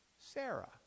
Sarah